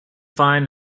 fine